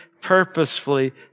purposefully